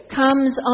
comes